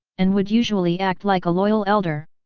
and would usually act like a loyal elder.